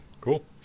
Cool